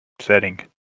setting